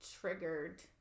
triggered